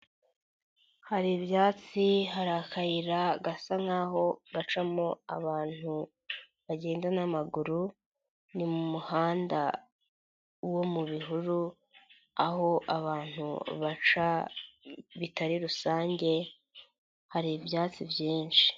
Hari ibyatsi, hari akayira gasa nkahoaho bacamo abantu bagenda n'amaguru, mu muhanda wo mu bihuru, aho abantu bitari rusange, hari ibyatsi byinshi.